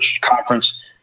conference